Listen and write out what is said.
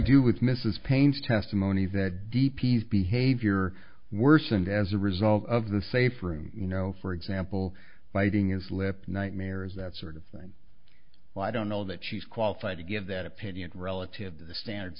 do with mrs paine's testimony that d p s behavior worsened as a result of the safe room you know for example biting his lip nightmares that sort of thing well i don't know that she's qualified to give that opinion relative the standards